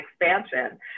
expansion